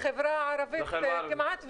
בחברה הערבית כמעט ואין.